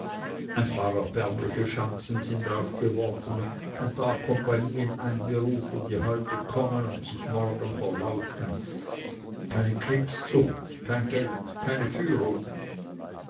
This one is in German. ein paar erbärmliche schanzen sind aufgeworfen ein paar kompanien einberufen die heute kommen und sich morgen verlaufen keine kriegszucht kein geld keine führung